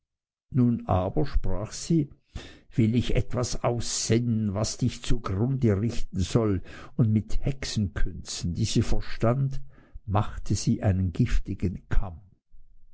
nun aber sprach sie will ich etwas aussinnen das dich zugrunde richten soll und mit hexenkünsten die sie verstand machte sie einen giftigen kamm